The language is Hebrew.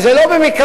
וזה לא במקרה,